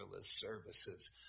services